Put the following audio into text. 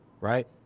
Right